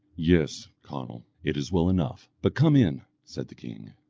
yes, conall, it is well enough, but come in, said the king.